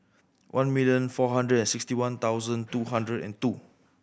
one million four hundred and sixty one thousand two hundred and two